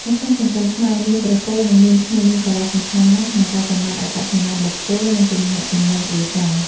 នៅក្នុងសង្គមខ្មែរ នាមត្រកូល និង នាមឈ្មោះ មានសារៈសំខាន់ណាស់ក្នុងការកំណត់អត្តសញ្ញាណបុគ្គល និង ទំនាក់ទំនងគ្រួសារ។